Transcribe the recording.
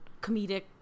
comedic